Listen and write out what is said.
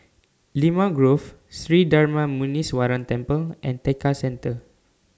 Limau Grove Sri Darma Muneeswaran Temple and Tekka Centre